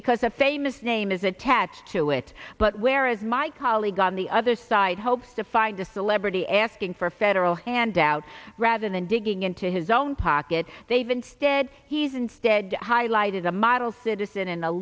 because a famous name is attached to it but where is my colleague on the other side hopes to find a celebrity asking for federal handouts rather than digging in to his own pocket they've instead he's instead highlighted a model citizen in a